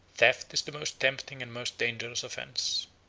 theft is the most tempting and most dangerous offence.